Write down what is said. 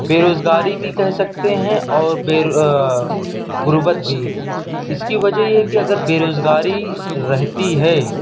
بےروزگاری بھی کہہ سکتے ہیں اور بے غربت بھی اس کی وجہ یہ ہے کہ اگر بےروزگاری رہتی ہے